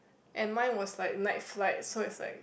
and mine was like night flight so it's like